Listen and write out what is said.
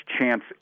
chance